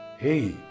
Hey